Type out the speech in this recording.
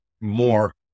more